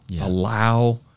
Allow